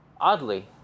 Oddly